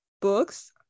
books